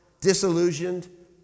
disillusioned